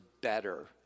better